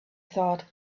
thought